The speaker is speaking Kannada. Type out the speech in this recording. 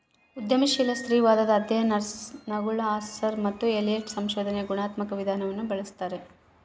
ಉದ್ಯಮಶೀಲ ಸ್ತ್ರೀವಾದದ ಅಧ್ಯಯನಗುಳಗಆರ್ಸರ್ ಮತ್ತು ಎಲಿಯಟ್ ಸಂಶೋಧನೆಯ ಗುಣಾತ್ಮಕ ವಿಧಾನವನ್ನು ಬಳಸ್ತಾರೆ